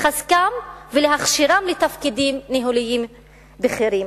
לחזקם ולהכשירם לתפקידים ניהוליים בכירים.